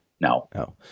No